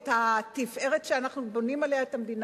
את התפארת שאנחנו בונים עליה את המדינה?